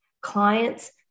clients